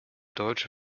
deutsche